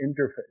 interface